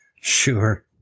Sure